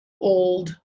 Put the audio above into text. old